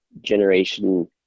generation